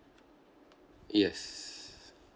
yes